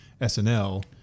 SNL